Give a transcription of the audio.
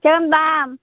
কিরম দাম